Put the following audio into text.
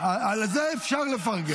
על זה אפשר לפרגן.